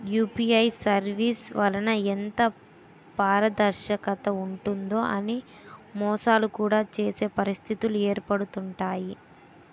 UPI services వలన ఎంత పారదర్శకత ఉంటుందో అని మోసాలు కూడా చేసే పరిస్థితిలు ఏర్పడుతుంటాయి